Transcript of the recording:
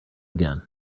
again